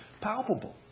palpable